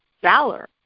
valor